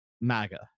MAGA